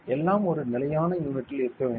எல்லாம் ஒரு நிலையான யூனிட்டில் இருக்க வேண்டும்